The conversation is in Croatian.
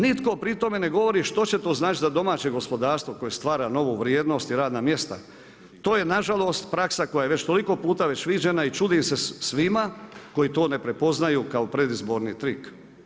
Nitko pri tome ne govori što će to značiti za domaće gospodarstvo koje stvara novu vrijednost i radna mjesta, to je nažalost praksa koja je već toliko puta već viđena i čudim se svima koji to ne prepoznaju kao predizborni trik.